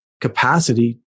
capacity